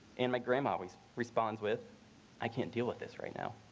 and my grandma always responds with i can't deal with this right now.